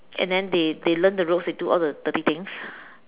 and then they they learn the ropes they do all the dirty things